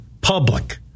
public